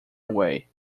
away